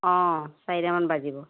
অঁ চাৰিটামান বাজিব